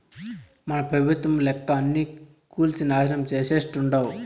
మన పెబుత్వం లెక్క అన్నీ కూల్సి నాశనం చేసేట్టుండావ్